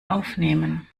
aufnehmen